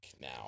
now